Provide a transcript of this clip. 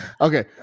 Okay